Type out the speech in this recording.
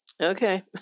Okay